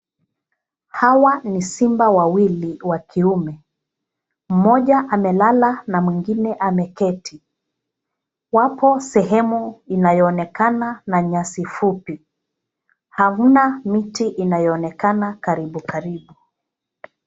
Hawa ni simba wawili wa kiume. Mmoja amelala na mwingine ameketi. Wapo sehemu inayoonekana na nyasi fupi, hakuna miti inayoonekana karibu karibu.